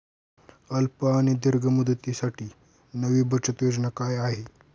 अल्प आणि दीर्घ मुदतीसाठी नवी बचत योजना काय आहे?